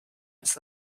its